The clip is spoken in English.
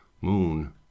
moon